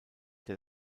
der